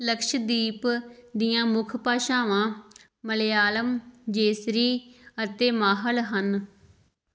ਲਕਸ਼ਦੀਪ ਦੀਆਂ ਮੁੱਖ ਭਾਸ਼ਾਵਾਂ ਮਲਿਆਲਮ ਜੇਸੇਰੀ ਅਤੇ ਮਾਹਲ ਹਨ